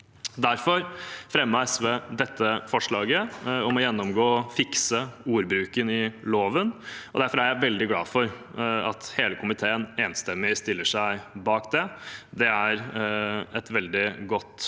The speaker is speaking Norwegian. Derfor fremmet SV dette forslaget om å gjennomgå og fikse ordbruken i loven, og derfor er jeg veldig glad for at hele komiteen enstemmig stiller seg bak det. Det er et veldig godt og